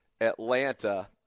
Atlanta